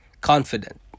confident